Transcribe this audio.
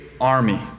army